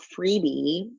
freebie